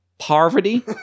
Poverty